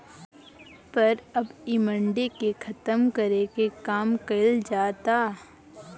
पर अब इ मंडी के खतम करे के काम कइल जाता